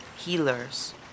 healers